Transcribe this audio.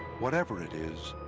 whatever it is,